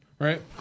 Right